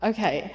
Okay